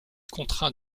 contraint